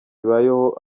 ibayeho